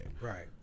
Right